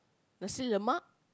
nasi-lemak